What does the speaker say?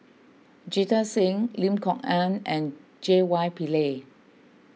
Jita Singh Lim Kok Ann and J Y Pillay